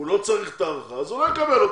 הוא לא צריך את ההארכה אז הוא לא יקבל אותה.